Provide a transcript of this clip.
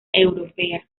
europea